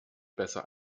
besser